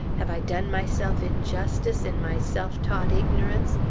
have i done myself injustice in my self-taught ignorance,